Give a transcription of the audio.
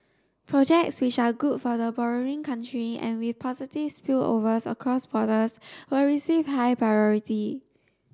projects which are good for the borrowing country and with positive spillovers across borders will receive high priority